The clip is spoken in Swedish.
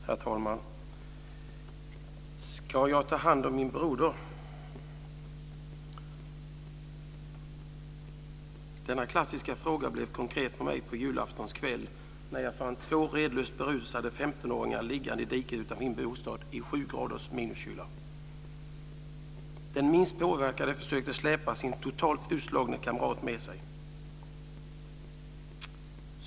Herr talman! Ska jag ta hand om min broder? Denna klassiska fråga blev konkret för mig på julaftons kväll när jag fann två redlöst berusade 15-åringar liggande i diket utanför min bostad i minus sju graders kyla. Den minst påverkade försökte släpa sin totalt utslagne kamrat med sig.